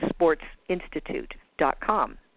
sportsinstitute.com